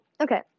okay